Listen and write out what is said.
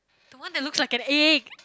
the one that looks like an egg